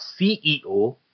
CEO